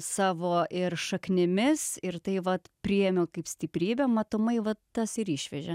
savo ir šaknimis ir tai vat priėmiau kaip stiprybę matomai va tas ir išvežė